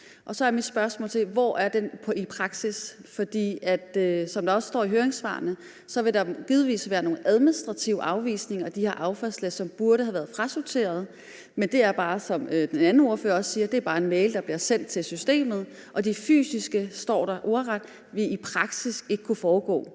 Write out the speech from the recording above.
Så er mit spørgsmål: Hvor er den i praksis? For som der også står i høringssvarene, vil der givetvis være nogle administrative afvisninger af de her affaldslæs, som burde have været frasorteret. Men det er, som den tidligere ordfører også sagde, bare en mail, der bliver sendt til systemet, men rent fysisk – det står der ordret – vil det i praksis ikke kunne foregå.